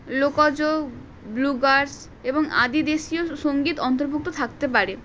লোকজ bluegrass এবং আদিদেশীয় সঙ্গীত অন্তর্ভুক্ত থাকতে পারে